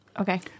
Okay